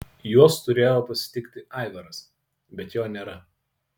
juos turėjo pasitikti aivaras bet jo nėra